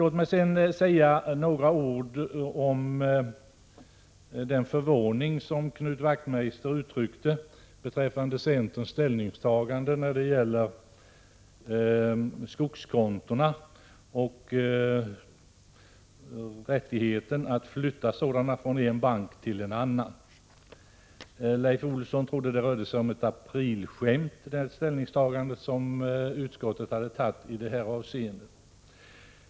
Låt mig sedan säga några ord om den förvåning som Knut Wachtmeister uttryckte beträffande centerns ställningstagande när det gäller skogskontona och en möjlighet att flytta sådana från en bank till en annan. Leif Olsson trodde att utskottsmajoritetens ställningstagande i detta avseende var ett aprilskämt.